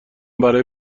برای